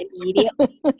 immediately